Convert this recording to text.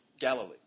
Galilee